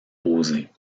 poser